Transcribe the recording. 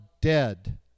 dead